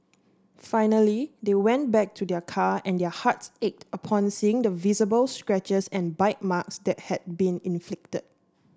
finally they went back to their car and their hearts ached upon seeing the visible scratches and bite marks that had been inflicted